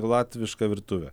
latviška virtuvė